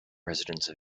residence